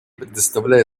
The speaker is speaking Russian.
предоставляю